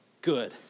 Good